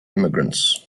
immigrants